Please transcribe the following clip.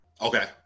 Okay